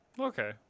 Okay